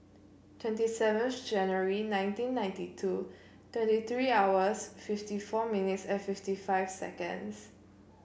twenty seventh January nineteen ninety two twenty three hours fifty four minutes and fifty five seconds